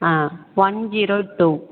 ah one zero to